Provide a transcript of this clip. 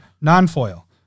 non-foil